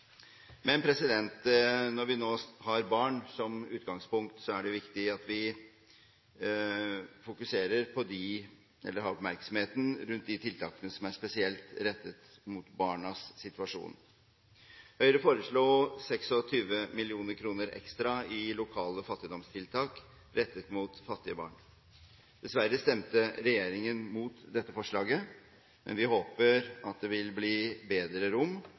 Men når vi nå har barn som utgangspunkt, er det viktig at vi har oppmerksomheten rettet mot de tiltakene som er spesielt rettet mot barnas situasjon. Høyre foreslo 26 mill. kr ekstra i lokale fattigdomstiltak, rettet mot fattige barn. Dessverre stemte regjeringen imot dette forslaget, men vi håper at det vil bli bedre rom